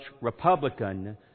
Republican